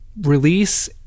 release